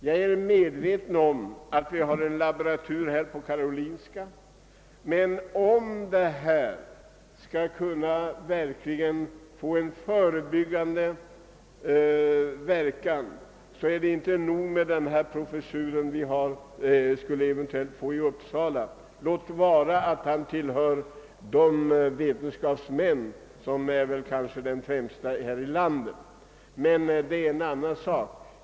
Jag är medveten om att det finns en laboratur på karolinska instiutet, men för att ge en förebyggande verkan är det inte tillräckligt med den professur i barnkirurgi vi eventuellt skulle få i Uppsala — låt vara att den blivande innehavaren tillhör de främsta vetenskapsmännen och kanske är den allra främste i sitt slag här i landet.